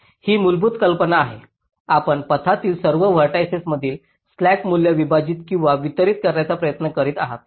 ही मूलभूत कल्पना आहे आपण पथातील सर्व व्हर्टिसिस मध्ये स्लॅक मूल्य विभाजित किंवा वितरित करण्याचा प्रयत्न करीत आहात